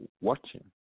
watching